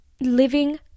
living